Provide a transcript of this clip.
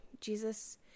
Jesus